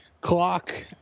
clock